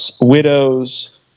widows